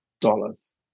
dollars